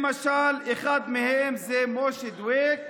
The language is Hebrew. למשל, אחד מהם הוא משה דואק,